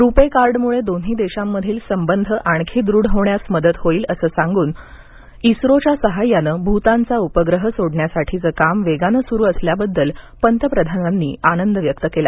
रूपे कार्डमुळे दोन्ही देशांमधील संबंध आणखी दृढ होण्यास मदत होईल असं सांगून इस्रोच्या सहाय्यानं भूतानचा उपग्रह सोडण्यासाठीचं काम वेगानं सुरू असल्याबद्दल पंतप्रधानांनी आनंद व्यक्त केला